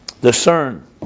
discern